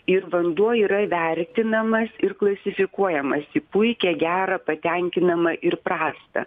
ir vanduo yra įvertinamas ir klasifikuojamas į puikią gerą patenkinamą ir prastą